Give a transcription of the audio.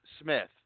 Smith